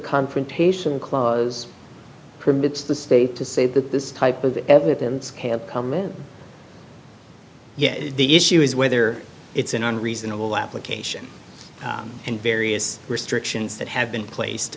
confrontation clause permits the state to say that this type of evidence can't come in yet the issue is whether it's an unreasonable application and various restrictions that have been placed